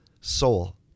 soul